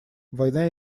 война